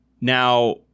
Now